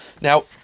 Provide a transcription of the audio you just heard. Now